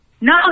No